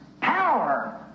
power